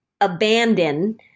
abandon